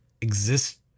exist